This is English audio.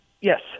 Yes